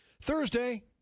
Thursday